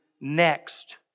next